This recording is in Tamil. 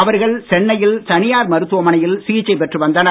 அவர்கள் சென்னையில் தனியார் மருத்துவமனையில் சிகிச்சை பெற்று வந்தனர்